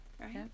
right